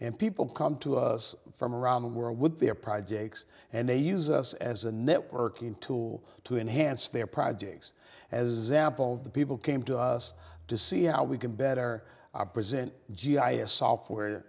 and people come to us from around the world with their projects and they use us as a networking tool to enhance their projects as a sample the people came to us to see how we can better our present g i a software